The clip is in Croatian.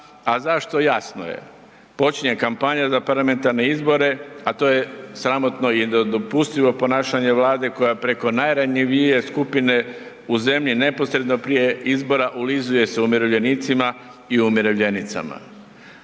a zašto, jasno je. Počinje kampanja za parlamentarne izbore a to je sramotno i nedopustivo ponašanje Vlade koja preko najranjivije skupine u zemlji neposredno prije izbora, ulizuje se umirovljenicima i umirovljenicama.